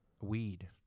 weed